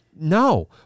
No